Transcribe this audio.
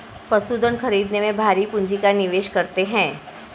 पशुधन खरीदने में भारी पूँजी का निवेश करते हैं